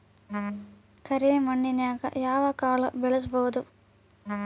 ಕರೆ ಮಣ್ಣನ್ಯಾಗ್ ಯಾವ ಕಾಳ ಬೆಳ್ಸಬೋದು?